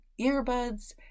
earbuds